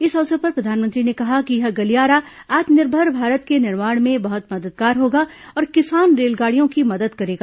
इस अवसर पर प्रधानमंत्री ने कहा कि यह गलियारा आत्मनिर्भर भारत के निर्माण में बहुत मददगार होगा और किसान रेलगाड़ियों की मदद करेगा